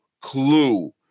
clue